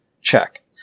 check